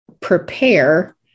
prepare